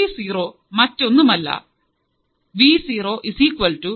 V zero മറ്റൊന്നുമല്ല but Rf R1